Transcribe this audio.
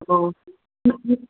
ꯑꯣ